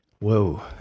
Whoa